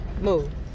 Move